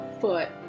foot